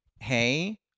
hey